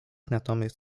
natomiast